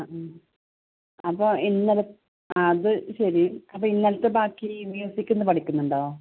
അപ്പോൾ ഇന്നലെ അത് ശരി അപ്പം ഇന്നലത്തെ ബാക്കി ഇനി ഉച്ചക്ക് ഇന്ന് പഠിക്കുന്നുണ്ടോ